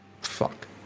Fuck